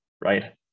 right